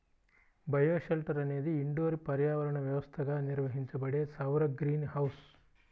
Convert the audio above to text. bioshelter అనేది indoor పర్యావరణ వ్యవస్థగా నిర్వహించబడే సౌర గ్రీన్ హౌస్